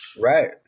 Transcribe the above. Right